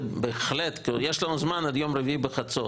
יש לנו זמן עד יום רביעי בחצות.